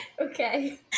Okay